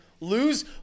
Lose